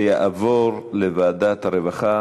הנושא יעבור לוועדת העבודה, הרווחה